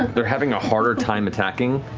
they're having a harder time attacking.